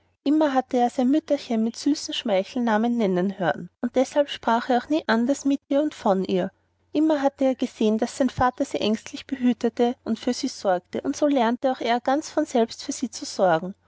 immer hatte er sein mütterchen mit süßen schmeichelnamen nennen hören und deshalb sprach auch er nie anders mit ihr und von ihr immer hatte er gesehen daß sein papa sie ängstlich behütete und für sie sorgte und so lernte auch er ganz von selbst für sie sorgen